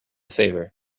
favor